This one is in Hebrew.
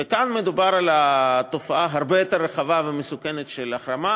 וכאן מדובר על תופעה הרבה יותר רחבה ומסוכנת של החרמה.